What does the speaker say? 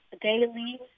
daily